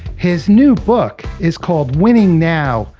his new book is called winning now,